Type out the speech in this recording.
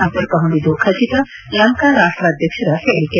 ಸಂಪರ್ಕ ಹೊಂದಿದ್ದು ಖಚಿತ ಲಂಕಾ ರಾಷ್ವಾಧ್ಯಕ್ಷರ ಹೇಳಿಕೆ